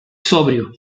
sobrio